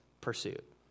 pursuit